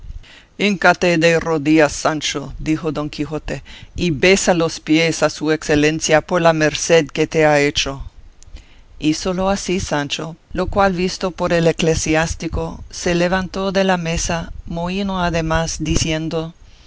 híncate de rodillas sancho dijo don quijote y besa los pies a su excelencia por la merced que te ha hecho hízolo así sancho lo cual visto por el eclesiástico se levantó de la mesa mohíno además diciendo